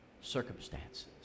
circumstances